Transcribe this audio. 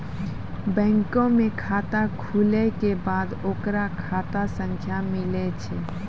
बैंको मे खाता खुलै के बाद ओकरो खाता संख्या मिलै छै